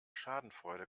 schadenfreude